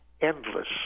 endless